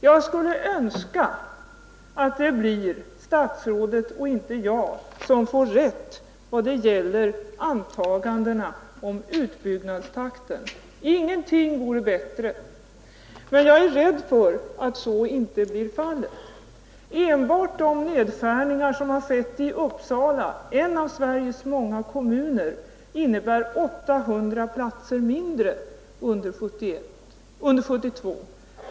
Jag skulle önska att det blir statsrådet och inte jag som får rätt vad gäller antagandena om utbyggnadstakten. Ingenting vore bättre. Men jag är rädd för att så inte blir fallet. Enbart de reduceringar som har skett i Uppsala, en av Sveriges många kommuner, innebär 800 platser mindre under 1972.